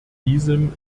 diesem